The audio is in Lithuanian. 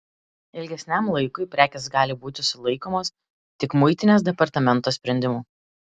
ilgesniam laikui prekės gali būti sulaikomos tik muitinės departamento sprendimu